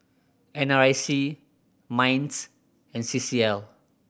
N R I C MINDS and C C L